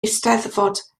eisteddfod